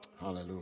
Hallelujah